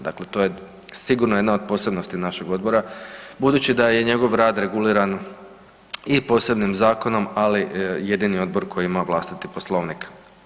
Dakle, to je sigurno jedna od posebnosti našeg odbora budući da je njegov rad reguliran i posebnim zakonom, ali jedini odbor koji ima vlastiti Poslovnik.